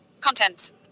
Contents